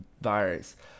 virus